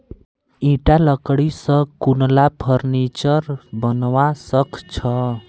ईटा लकड़ी स कुनला फर्नीचर बनवा सख छ